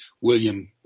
William